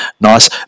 nice